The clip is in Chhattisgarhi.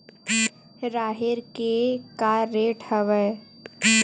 राहेर के का रेट हवय?